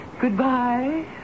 Goodbye